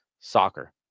soccer